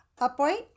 upright